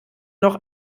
noch